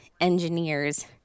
engineers